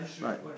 Right